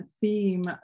theme